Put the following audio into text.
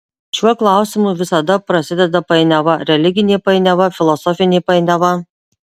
šiuo klausimu visada prasideda painiava religinė painiava filosofinė painiava